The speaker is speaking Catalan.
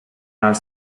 els